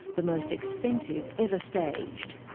the most expensive ever staged.